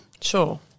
Sure